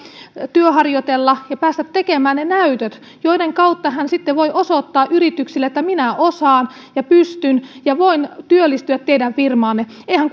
työharjoitella ja päästä tekemään ne näytöt joiden kautta hän sitten voi osoittaa yrityksille että osaa ja pystyy ja voi työllistyä firmaan eihän